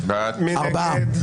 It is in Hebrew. מי נגד?